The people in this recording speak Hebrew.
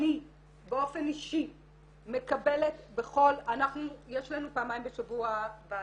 אני באופן אישי מקבלת בכל --- יש לנו פעמיים בשבוע ועדה,